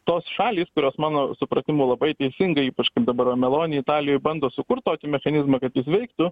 tos šalys kurios mano supratimu labai teisingai kažkaip dabar maloni italijoj bando sukurt tokį mechanizmą kad jis veiktų